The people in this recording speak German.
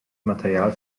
material